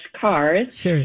cars